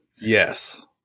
Yes